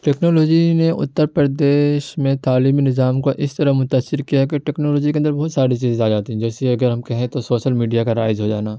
technology نے اتر پردیش میں تعلیمی نظام کو اس طرح متاثر کیا ہے کہ ٹیکنالوجی کے اندر بہت ساری چیزیں آ جاتی جیسے اگر ہم کہیں تو سوسل میڈیا کا رائج ہو جانا